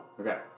Okay